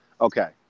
okay